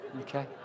Okay